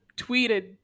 tweeted